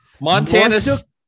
Montana's